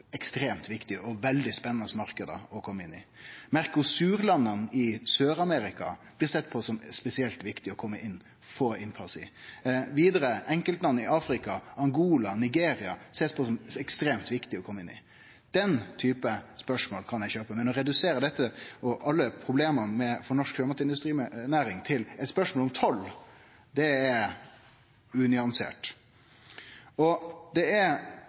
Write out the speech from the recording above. ekstremt viktige – og veldig spennande marknader å kome inn i. Mercosur-landa i Sør-Amerika blir sett på som spesielt viktige å få innpass i. Vidare blir enkeltland i Afrika, som Angola og Nigeria, sett på som ekstremt viktige å kome inn i. Den typen spørsmål kan eg kjøpe, men å redusere dette og alle problema for norsk sjømatindustrinæring til eit spørsmål om toll er unyansert.